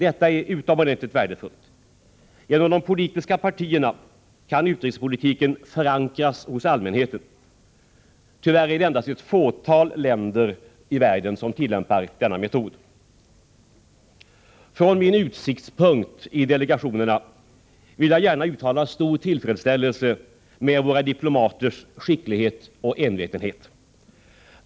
Detta är utomordentligt värdefullt — genom de politiska partierna kan utrikespolitiken förankras hos allmänheten. Tyvärr är det endast ett fåtal länder i världen som tillämpar denna metod. Från min utsiktspunkt i delegationerna vill jag gärna uttala stor tillfredsställelse med våra diplomaters skicklighet och envetenhet.